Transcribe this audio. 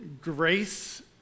grace